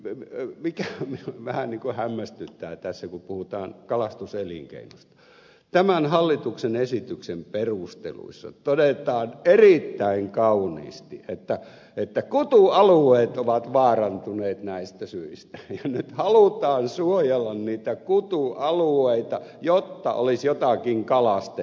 nyt sitten mikä vähän hämmästyttää tässä kun puhutaan kalastuselinkeinosta tämän hallituksen esityksen perusteluissa todetaan erittäin kauniisti että kutualueet ovat vaarantuneet näistä syistä ja nyt halutaan suojella niitä kutualueita jotta olisi jotakin kalastettavaa